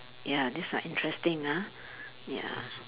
ya this like interesting ah ya